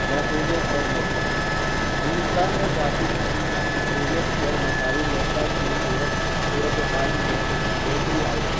محفوظیت اور موقع ہندوستان میں خواتین کی محفوظیت اور مساوی موقع کی صورت صورت حال میں بہتری آئی ہے